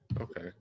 okay